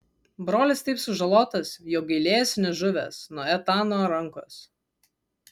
brolis taip sužalotas jog gailėjosi nežuvęs nuo etano rankos